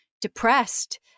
depressed